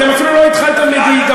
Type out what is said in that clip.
אתם אפילו לא התחלתם בהידברות.